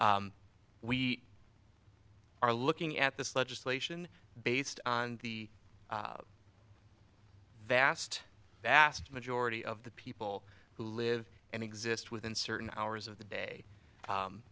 we are looking at this legislation based on the vast vast majority of the people who live and exist within certain hours of the day